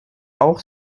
auch